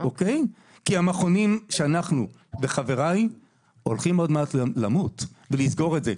כי המכונים אנחנו וחבריי הולכים עוד מעט למות ולסגור את זה.